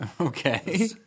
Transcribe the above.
Okay